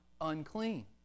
unclean